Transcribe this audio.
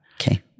okay